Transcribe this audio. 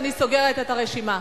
ואני סוגרת את הרשימה.